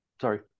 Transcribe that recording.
sorry